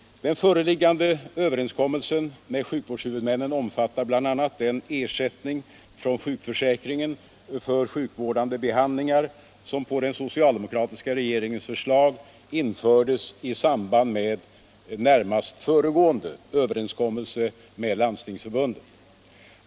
Den föreliggande överenskommelsen med sjukvårdshuvudmännen omfattar bl.a. den ersättning från sjukförsäkringen för sjukvårdande behandlingar som på den socialdemokratiska regeringens förslag infördes i samband med närmast föregående överenskommelse med Landstingsförbundet.